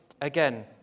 again